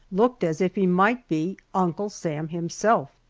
looked as if he might be uncle sam himself.